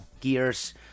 gears